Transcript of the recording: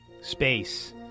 Space